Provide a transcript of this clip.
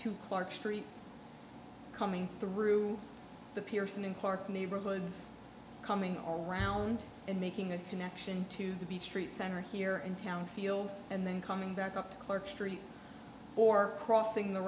to clark street coming through the pearson and clark neighborhoods coming all around and making a connection to the beach street center here in town field and then coming back up to clark street or crossing the